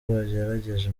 bagerageje